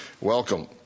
Welcome